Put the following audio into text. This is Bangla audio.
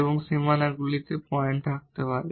এবং তা বাউন্ডারিগুলিতে পয়েন্ট থাকতে পারে